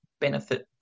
benefit